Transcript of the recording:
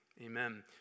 amen